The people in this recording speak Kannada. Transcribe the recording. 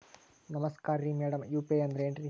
ನಮಸ್ಕಾರ್ರಿ ಮಾಡಮ್ ಯು.ಪಿ.ಐ ಅಂದ್ರೆನ್ರಿ?